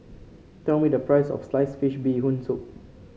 tell me the price of Sliced Fish Bee Hoon Soup